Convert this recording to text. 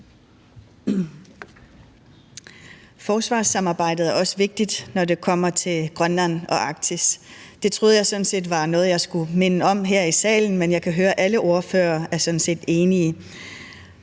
Forsvarssamarbejdet er også vigtigt, når det kommer til Grønland og Arktis. Det troede jeg sådan set var noget, jeg skulle minde om her i salen, men jeg kan høre, at alle ordførere sådan set